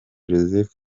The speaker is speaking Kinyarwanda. joseph